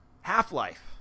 Half-Life